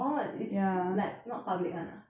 orh it's like not public [one] ah